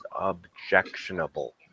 objectionable